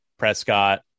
Prescott